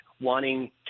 wanting